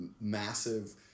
massive